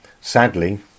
Sadly